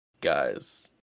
Guys